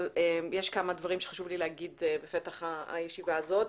יש כמה דברים שחשוב לי להגיד בפתח הישיבה הזאת.